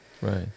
right